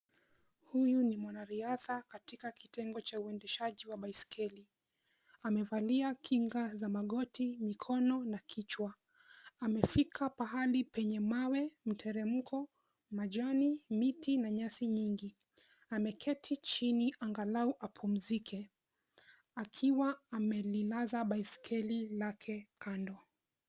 Huyu ni mwanariadha katika kitengo cha uendeshaji wa baiskeli. Amevalia kinga za magoti, mkono na kichwa. Amefika pahali penye mawe, mteremko, majani, miti na nyasi mingi. Ameketi chini angalau apumzike akiwa amelilaza baiskeli lake kando.